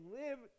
live